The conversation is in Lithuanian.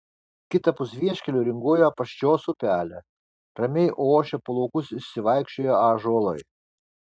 kitapus vieškelio ringuoja apaščios upelė ramiai ošia po laukus išsivaikščioję ąžuolai